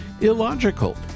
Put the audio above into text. illogical